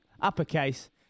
uppercase